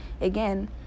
again